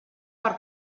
per